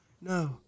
No